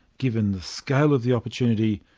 given the scale of the opportunity,